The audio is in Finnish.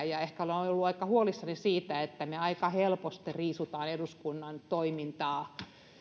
ja olen ollut aika huolissani siitä että me mielestäni aika helposti riisumme eduskunnan toimintaa